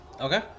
Okay